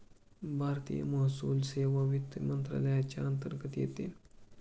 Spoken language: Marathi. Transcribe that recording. भारतीय महसूल सेवा वित्त मंत्रालयाच्या अंतर्गत येते